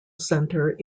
centre